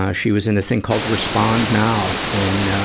ah she was in a thing called respond now, and, ah,